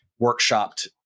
workshopped